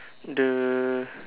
the